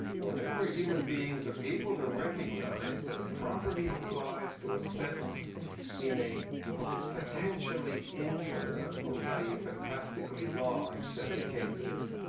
whenever human beings are able to recognize that a property applies to a sentence in a, quote, potentially infinite, unquote, ie, a fantastically large set of cases,